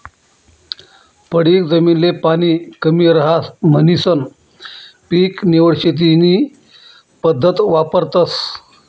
पडीक जमीन ले पाणी कमी रहास म्हणीसन पीक निवड शेती नी पद्धत वापरतस